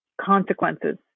consequences